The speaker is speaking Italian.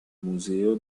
museo